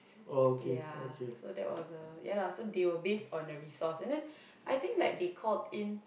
ya so that was the ya lah so they were based on the resource and then I think like they called in